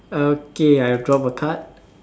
okay I drop a card